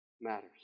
matters